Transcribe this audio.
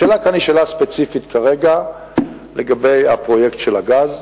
השאלה כאן היא שאלה ספציפית כרגע לגבי הפרויקט של הגז.